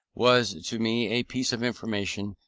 was to me a piece of information,